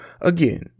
again